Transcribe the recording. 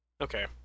okay